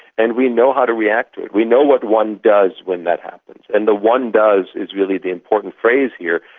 and we know how to react to it. we know what one does when that happens. and the one does is really the important phrase here,